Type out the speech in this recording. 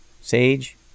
Sage